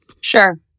Sure